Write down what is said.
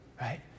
right